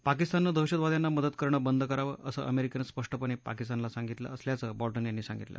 पाकिस्ताननं दहशतवाद्यांना मदत करणं बंद करावं असं अमेरिकेनं स्पष्टपणे पाकिस्तानला सांगितलं असल्याचं बॉल्टन यांनी सांगितलं